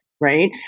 right